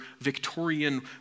Victorian